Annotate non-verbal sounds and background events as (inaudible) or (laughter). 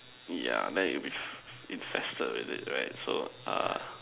yeah then it will be (noise) infested with it right so err